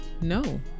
no